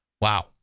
wow